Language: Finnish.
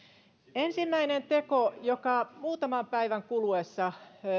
ensimmäinen teko oli että muutaman päivän kuluessa